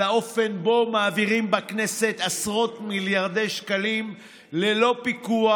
על האופן שבו מעבירים בכנסת עשרות מיליארדי שקלים ללא פיקוח